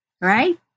Right